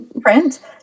print